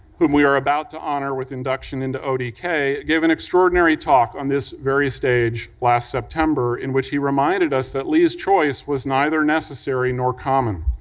whom we are about to honor with induction into odk, gave an extraordinary talk on this very stage last september in which he reminded us that lee's choice was neither necessary nor common.